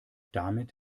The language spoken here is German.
damit